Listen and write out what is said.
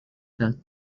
that